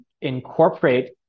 incorporate